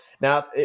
now